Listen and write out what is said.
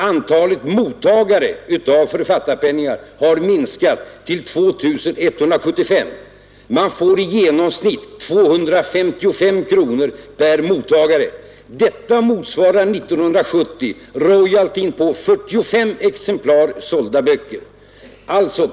Antalet mottagare av författarpenningar har minskat till 2 175. Man får i genomsnitt 255 kronor per mottagare. Detta motsvarar 1970 royalty för 45 exemplar sålda böcker.